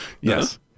Yes